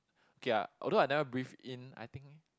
okay ah although I never breathe in I think